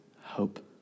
hope